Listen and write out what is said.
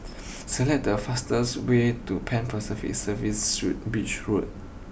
select the fastest way to Pan Pacific Serviced Suites Beach Road